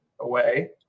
away